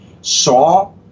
saw